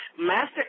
Master